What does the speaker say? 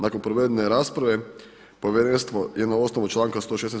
Nakon provedene rasprave povjerenstvo je na osnovu članka 160.